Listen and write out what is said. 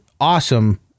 awesome